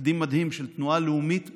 תקדים מדהים של תנועה לאומית בין-לאומית,